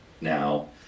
now